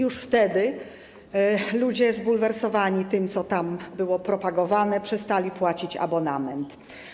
Już wtedy ludzie zbulwersowani tym, co tam było propagowane, przestali płacić abonament.